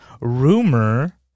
rumor